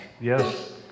Yes